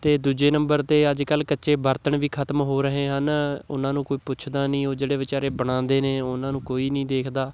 ਅਤੇ ਦੂਜੇ ਨੰਬਰ 'ਤੇ ਅੱਜ ਕੱਲ੍ਹ ਕੱਚੇ ਬਰਤਨ ਵੀ ਖਤਮ ਹੋ ਰਹੇ ਹਨ ਉਹਨਾਂ ਨੂੰ ਕੋਈ ਪੁੱਛਦਾ ਨਹੀਂ ਉਹ ਜਿਹੜੇ ਵਿਚਾਰੇ ਬਣਾਉਂਦੇ ਨੇ ਉਹਨਾਂ ਨੂੰ ਕੋਈ ਨਹੀਂ ਦੇਖਦਾ